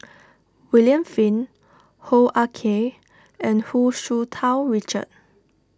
William Flint Hoo Ah Kay and Hu Tsu Tau Richard